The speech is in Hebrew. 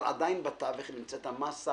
אבל עדיין, בתווך נמצאת המסה